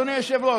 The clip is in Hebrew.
אדוני היושב-ראש,